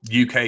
UK